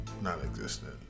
non-existent